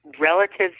relatives